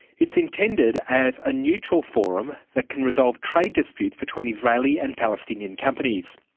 it is intended as a neutral forum that can resolve trade disputes between israeli and palestinian companies.